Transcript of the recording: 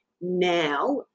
Now